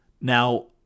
Now